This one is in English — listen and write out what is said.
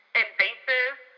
invasive